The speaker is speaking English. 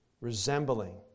resembling